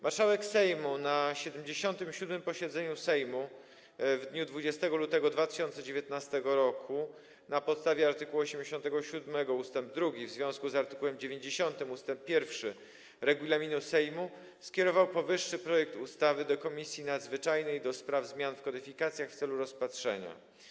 Marszałek Sejmu na 77. posiedzeniu Sejmu w dniu 20 lutego 2019 r. na podstawie art. 87 ust. 2 w związku z art. 90 ust. 1 regulaminu Sejmu skierował powyższy projekt ustawy do Komisji Nadzwyczajnej do spraw zmian w kodyfikacjach w celu rozpatrzenia.